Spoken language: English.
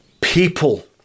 people